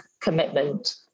commitment